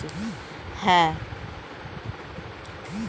fungus মানে হচ্ছে ছত্রাক যেটা এক ধরনের সবজি হিসেবে খাওয়া হয়